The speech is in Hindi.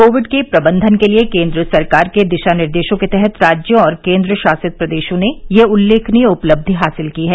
कोविड के प्रबंधन के लिए केन्द्र सरकार के दिशा निर्देशों के तहत राज्यों और केन्द्रशासित प्रदेशों ने यह उल्लेखनीय उपलब्धि हासिल की है